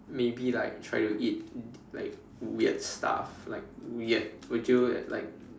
maybe like try to eat like weird stuff like weird would you at like